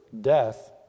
death